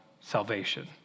salvation